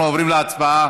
אנחנו עוברים להצבעה.